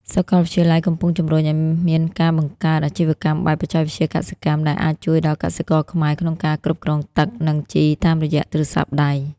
សាកលវិទ្យាល័យកំពុងជម្រុញឱ្យមានការបង្កើត "អាជីវកម្មបែបបច្ចេកវិទ្យាកសិកម្ម" ដែលអាចជួយដល់កសិករខ្មែរក្នុងការគ្រប់គ្រងទឹក និងជីតាមរយៈទូរស័ព្ទដៃ។